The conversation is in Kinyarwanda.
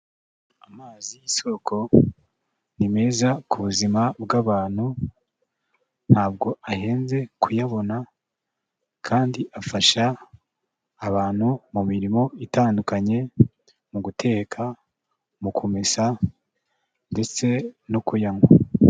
Amazi y'isoko ni meza ku buzima bw'abantu, ntabwo ahenze kuyabona, kandi afasha abantu mu mirimo itandukanye, mu guteka, mu kumesa ndetse no kuyanywa.